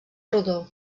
rodó